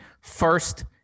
first